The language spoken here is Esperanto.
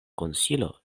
konsilo